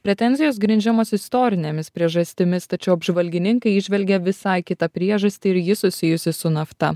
pretenzijos grindžiamos istorinėmis priežastimis tačiau apžvalgininkai įžvelgia visai kitą priežastį ir ji susijusi su nafta